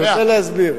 אני רוצה להסביר.